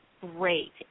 great